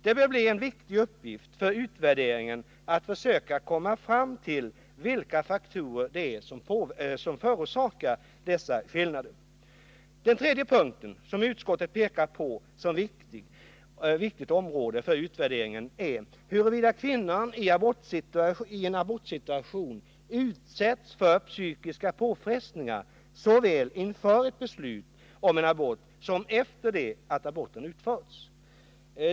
Det bör bli en viktig uppgift vid utvärderingen att försöka komma fram till vilka faktorer det är som förorsakar dessa skillnader. Den tredje punkten som utskottet pekat på som ett viktigt område för utvärderingen är huruvida kvinnan i en abortsituation utsätts för psykiska påfrestningar såväl inför ett beslut om en abort som efter det att aborten utförts.